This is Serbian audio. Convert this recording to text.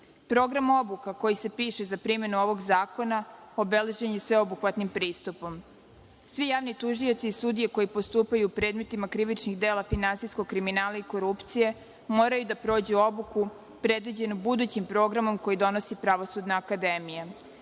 obuka, koji se piše za primenu ovog zakona, obeležen je sveobuhvatnim pristupom. Svi javni tužioci i sudije koji postupaju u predmetima krivičnih dela finansijskog kriminala i korupcije moraju da prođu obuku predviđenu budućim programom koji donosi Pravosudna akademija.